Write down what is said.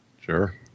Sure